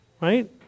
Right